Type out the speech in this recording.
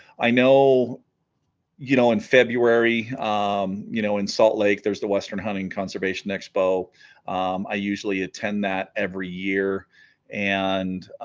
i know you know in february um you know in salt lake there's the western hunting conservation expo i usually attend that every year and